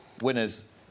winners